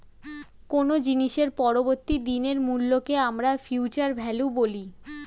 কোনো জিনিসের পরবর্তী দিনের মূল্যকে আমরা ফিউচার ভ্যালু বলি